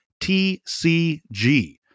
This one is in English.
TCG